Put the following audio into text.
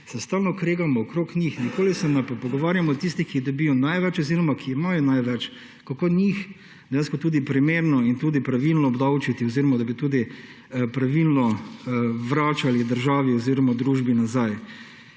se stalno kregamo okrog njih, nikoli se pa ne pogovarjamo o tistih, ki dobijo največ oziroma ki imajo največ, kako njih primerno in pravilno obdavčiti, da bi tudi pravilno vračali državi oziroma družbi.